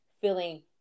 feeling